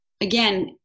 again